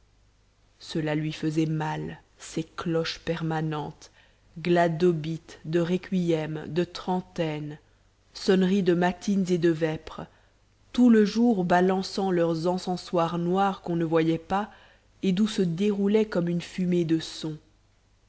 cela lui faisait mal ces cloches permanentes glas d'obit de requiem de trentaines sonneries de matines et de vêpres tout le jour balançant leurs encensoirs noirs qu'on ne voyait pas et d'où se déroulait comme une fumée de sons